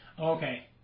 Okay